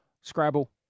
Scrabble